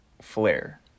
flare